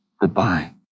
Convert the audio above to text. Goodbye